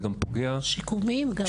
שיקומיים גם.